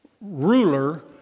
ruler